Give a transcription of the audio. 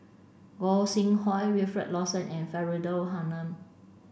Gog Sing Hooi Wilfed Lawson and Faridah Hanum